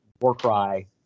Warcry